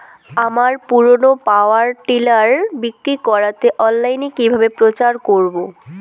আমার পুরনো power tiller বিক্রি করাতে অনলাইনে কিভাবে প্রচার করব?